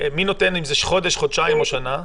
מי מחליט אם זה חודש, חודשיים או שנה?